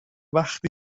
وقتی